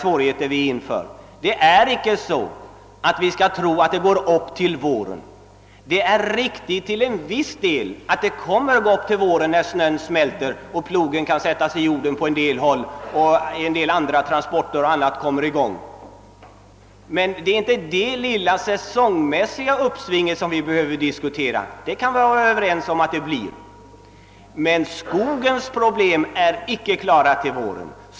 Vi skall inte tro att läget blir bättre till våren. I viss mån är det naturligtvis riktigt att det blir bättre till våren när snön smälter och plogen kan sättas i jorden på en del håll och transporter och annat kommer i gång. Men det är inte det lilla säsongmässiga uppsvinget som skall diskuteras ty om det kan vi ju vara Överens.